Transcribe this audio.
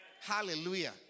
Hallelujah